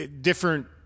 different